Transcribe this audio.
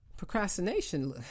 procrastination